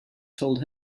told